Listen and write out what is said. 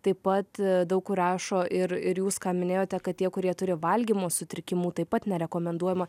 taip pat daug kur rašo ir ir jūs ką minėjote kad tie kurie turi valgymo sutrikimų taip pat nerekomenduojama